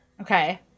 Okay